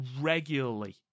regularly